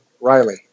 Riley